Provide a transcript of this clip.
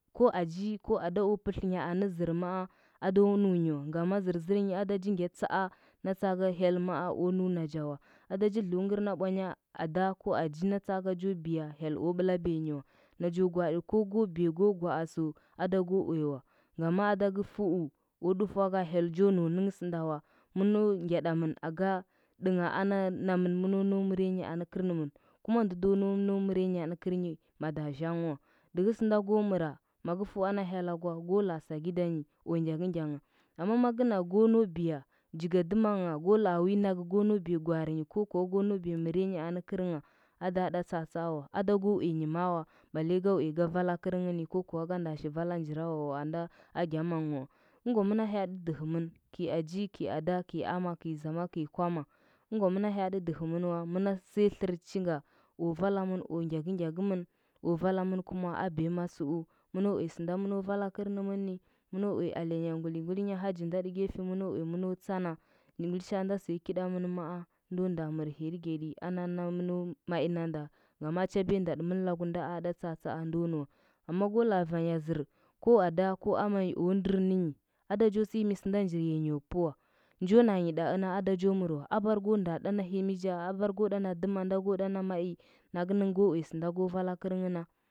Ko aji o ada o pɚtiɚnya nɚ zɚr maa ado nunyi wa, ngama zɚrzɚrnyi ada ji ngya tsaa nda tsaaka hyel maa o nau ndɚr nacha wa ada ji dlungɚr na bwanya ada go aji dlungɚr na bwanya ada go aji dlungɚr na bwanya adaga aji nda tsaga cho biya hyel blabiyanyi wa najo gwaɗi ko ko biya ko gwaa sɚu ada go uyawa ngama ada ka fu i o dufua hyel ja nau nɚnghɚ gɚnda wa mɚno ngyaɗamɚh aga dɚngha ana naman mɚno nau mɚryanyi anɚ kɚrnɚmɚn kuma ndo no nau mɚrenyi nɚ kɚrnyi mado zana wa dɚhɚ sɚnda go mɚra maga fu ana hyela gwa go laa sakidanyi o ngyakɚngya ngha amma ma gɚ na go nau biya jigadɚmangha go laa winaga go nau biya gwaari, ko kuwa go nau biya mɚrenyi nɚ kɚrngha ada ɗa tsaa tsaa wa ada go uyanyi maa wa balle ga vala kɚrɚng ni ko kuwa kanda shil vala njirowawaa nda a gyang wa.ɚngwa mɚna hyaaɗi dɚhɚmɚn kɚi aji kɚi ada, kɚi ama, kɚi zama, kɚi kwama ɚngwa mɚna hyaaɗi dɚhɚmɚn wa mɚna siya tlɚrchinga. o valamɚn o ngyakɚngya kɚmɚn, o valamɚn kuma a biyama tsuu. Mɚno uya sɚnda mɚno vala kɚrnɚmɚnni, mɚno uya alenya ngalingwinya haji nda tɚ gefe mɚno uya tsanda. Ngulishaa nda siya kiɗamɚn mao no nda mɚr hirgeɗi ana na mɚno mai nanda ngamo chabenda tɚmɚn laku nda a ɗa tsaatsaa ndo nuwa amma ko laa vanya zɚr ko ada ko amanyi o ndɚr nɚnyi ado jo sɚhimi da sɚndo njir yanyo pɚ wa njo nanyi ɗa ɚna ada jo mɚr wa abar go nda ɗɓna himi ja, abar go dana dɚna nda ko ɗana mai nakɚnɚng go uya sɚnda go vala kɚrɚngh na.